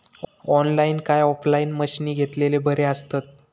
Online काय offline मशीनी घेतलेले बरे आसतात?